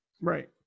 right